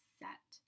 set